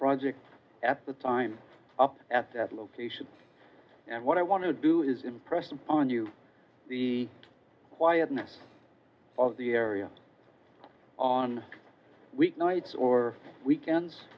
project at the time up at that location and what i want to do is impress upon you the quietness of the area on week nights or weekends